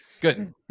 Good